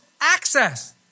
access